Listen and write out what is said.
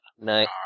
Night